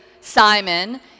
Simon